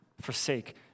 forsake